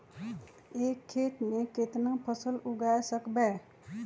एक खेत मे केतना फसल उगाय सकबै?